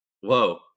Whoa